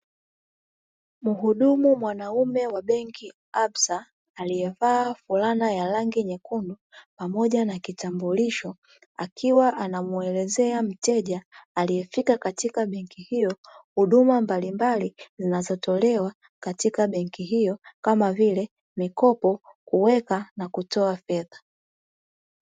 Mhudumu mwanaume wa benki absa aliyevaa fulana ya rangi nyekundu pamoja na kitambulisho. Akiwa anamwelezea mteja aliyefika katika benki hiyo. Huduma mbalimbali zinazotolewa katika benki hiyo kama vile: mikopo, kuweka na kutoa fedha.